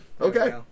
Okay